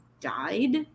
died